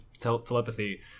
telepathy